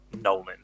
Nolan